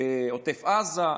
בעוטף עזה,